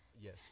Yes